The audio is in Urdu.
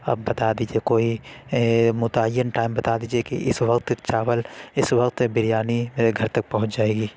اب بتا دیجیے کوئی متعین ٹائم بتا دیجیے کہ اس وقت چاول اس وقت بریانی میرے گھر تک پہونچ جائے گی